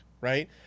right